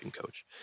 coach